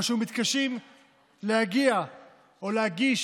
או שמתקשים להגיע או להגיש